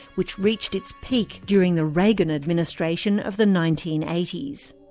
which reached its peak during the reagan administration of the nineteen eighty s.